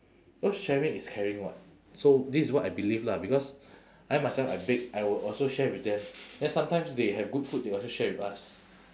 because sharing is caring [what] so this is what I believe lah because I myself I bake I will also share with them then sometimes they have good food they also share with us